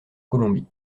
colombie